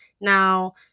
now